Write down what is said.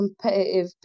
competitive